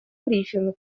брифинг